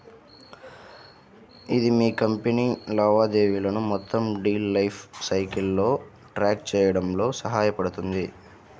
ఇది మీ కంపెనీ లావాదేవీలను మొత్తం డీల్ లైఫ్ సైకిల్లో ట్రాక్ చేయడంలో సహాయపడుతుంది